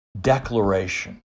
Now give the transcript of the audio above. declaration